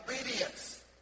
obedience